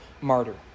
martyr